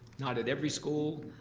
not at every school,